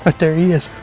but there he is!